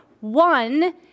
one